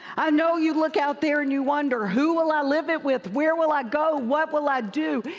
i know you look out there, and you wonder, who will i live it with? where will i go? what will i do?